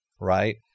right